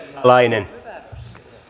arvoisa puhemies